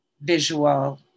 visual